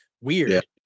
weird